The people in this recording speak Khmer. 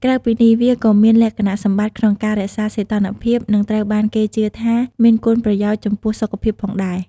ក្រៅពីនេះ វាក៏មានលក្ខណៈសម្បត្តិក្នុងការរក្សាសីតុណ្ហភាព និងត្រូវបានគេជឿថាមានគុណប្រយោជន៍ចំពោះសុខភាពផងដែរ។